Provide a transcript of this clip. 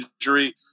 injury